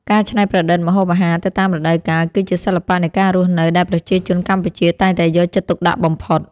ការច្នៃប្រឌិតម្ហូបអាហារទៅតាមរដូវកាល គឺជាសិល្បៈនៃការរស់នៅដែលប្រជាជនកម្ពុជាតែងតែយកចិត្តទុកដាក់បំផុត។